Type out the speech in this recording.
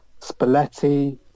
Spalletti